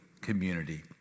community